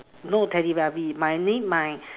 no teletubbie my name my